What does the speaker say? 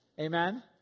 Amen